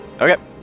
Okay